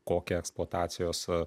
kokią eksploatacijos